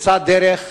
תמצא דרך,